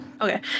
Okay